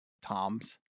toms